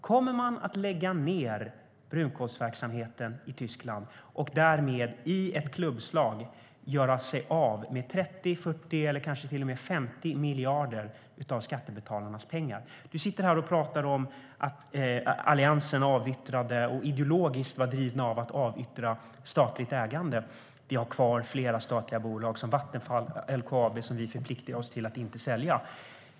Kommer man att lägga ned brunkolsverksamheten i Tyskland och därmed i ett slag göra sig av med 30, 40 eller kanske till och med 50 miljarder av skattebetalarnas pengar? Du står här och talar om att Alliansen avyttrade och var ideologiskt driven att avyttra statligt ägande. Vi har kvar flera statliga bolag som Vattenfall och LKAB, som vi förpliktat oss att inte sälja.